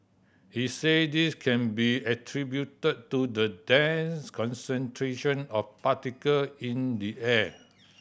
he said this can be attributed to the dense concentration of particle in the air